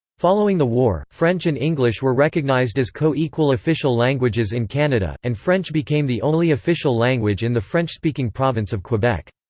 following the war, french and english were recognized as co-equal official languages in canada, and french became the only official language in the french-speaking province of quebec.